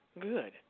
good